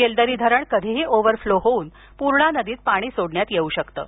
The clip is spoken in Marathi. येलदरी धरण कधीही ओव्हर फ्लो होऊन पूर्णा नदीत पाणी सोडण्यात येऊ शकतं